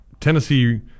Tennessee